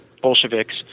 Bolsheviks